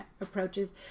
approaches